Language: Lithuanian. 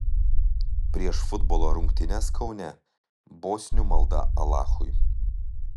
prieš futbolo rungtynes kaune bosnių malda alachui